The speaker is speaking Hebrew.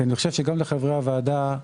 גם לחברי הוועדה,